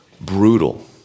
brutal